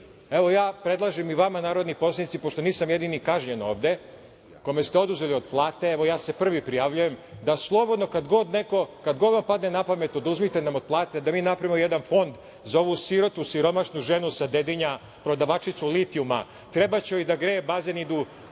ja predlažem i vama narodni poslanici, pošto nisam jedini kažnjen ovde, kome ste oduzeli od plate, evo ja se prvi prijavljujem da slobodno kada god vam padne napamet oduzmite nam od plate, da mi napravimo jedan fond za ovu sirotu, siromašnu ženu sa Dedinja, prodavačicu litijuma. Trebaće joj da greje bazen, idu